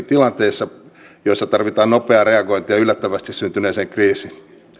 tilanteissa joissa tarvitaan nopeaa reagointia yllättävästi syntyneeseen kriisiin